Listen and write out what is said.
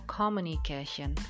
communication